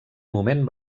moment